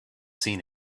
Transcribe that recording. seen